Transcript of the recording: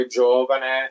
giovane